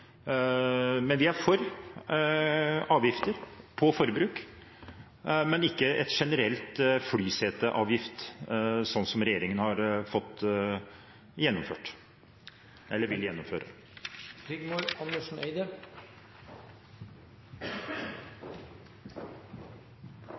Vi er for avgifter på forbruk, men ikke en generell flyseteavgift, slik som regjeringen